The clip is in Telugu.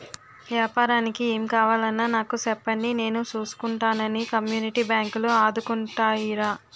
ఏపారానికి ఏం కావాలన్నా నాకు సెప్పండి నేను సూసుకుంటానని కమ్యూనిటీ బాంకులు ఆదుకుంటాయిరా